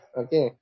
okay